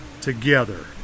together